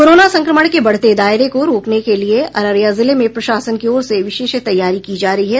corona संक्रमण के बढ़ते दायरे को रोकने के लिये अररिया जिले में प्रशासन की ओर से विशेष तैयारी की जा रही है